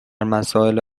مسائل